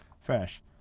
fresh